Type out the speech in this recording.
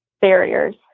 barriers